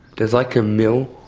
there's like a mill,